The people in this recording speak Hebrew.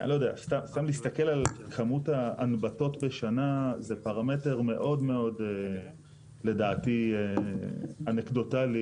סתם להסתכל על כמות ההנבטות בשנה זה פרמטר לדעתי מאוד אנקדוטלי,